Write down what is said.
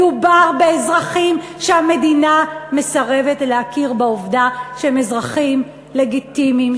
מדובר באזרחים שהמדינה מסרבת להכיר בעובדה שהם אזרחים לגיטימיים,